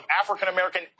African-American